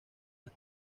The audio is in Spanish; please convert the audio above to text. las